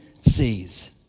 sees